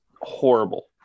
horrible